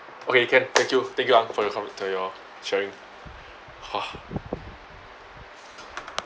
okay can thank you thank you ang for your con~ for you're sharing !wah!